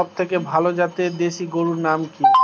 সবথেকে ভালো জাতের দেশি গরুর নাম কি?